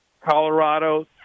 Colorado